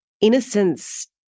innocence